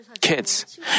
kids